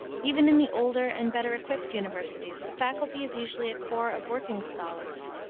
even in the older and better equipped universities the faculty is usually a corps of working scholars,